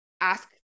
ask